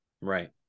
right